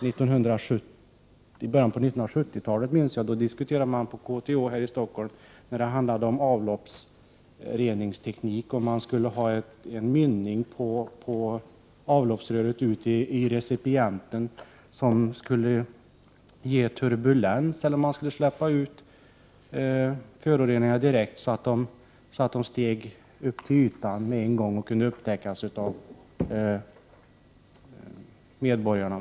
Jag minns att man i början av 1970-talet på KTH här i Stockholm när det gäller avloppsreningsteknik diskuterade om man skulle ha en mynning på avloppsröret ut i recipienten som skulle ge turbulens eller om man skulle släppa ut föroreningarna direkt, så att de med en gång steg upp till ytan och kunde upptäckas av medborgarna.